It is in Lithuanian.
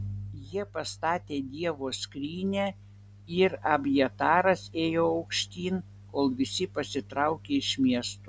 jie pastatė dievo skrynią ir abjataras ėjo aukštyn kol visi pasitraukė iš miesto